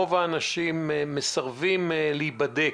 רוב האנשים שנמצאים בבידוד מסרבים להיבדק,